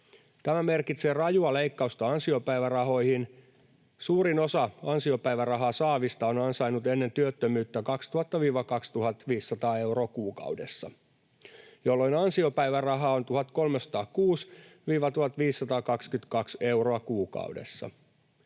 Tämä merkitsee rajua leikkausta ansiopäivärahoihin. Suurin osa ansiopäivärahaa saavista on ansainnut ennen työttömyyttä 2 000—2 500 euroa kuukaudessa, jolloin ansiopäiväraha on 1 306—1 522 euroa kuukaudessa.